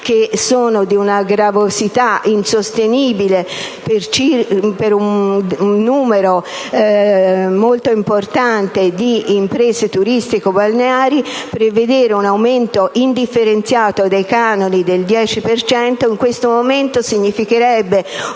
(che sono di una gravosità insostenibile per un numero molto importante di imprese turistico‑balneari), un aumento indifferenziato dei canoni del 10 per cento significherebbe